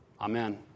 Amen